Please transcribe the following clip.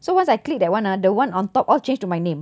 so once I click that one ah the one on top all change to my name